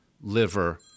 liver